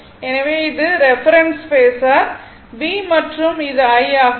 எனவே இது reference phasor V மற்றும் இது I ஆகும்